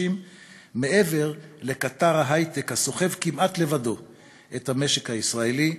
חדשים, מעבר לקטר ההיי-טק הסוחב כמעט לבדו את המשק הישראלי,